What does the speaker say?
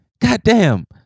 Goddamn